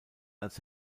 als